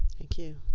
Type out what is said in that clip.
thank you.